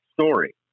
story